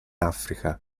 africa